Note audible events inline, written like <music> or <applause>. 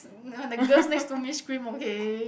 <noise> the girls next to me scream okay